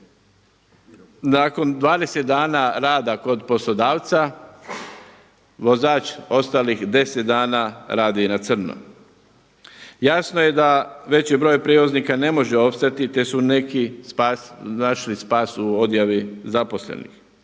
nakon 20 dana rada kod poslodavca vozač ostalih 10 dana radi na crno. Jasno je da veći broj prijevoznika ne može opstati, te su neki našli spas u odjavi zaposlenih.